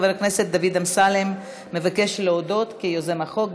חבר הכנסת דוד אמסלם מבקש להודות כיוזם החוק.